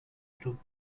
through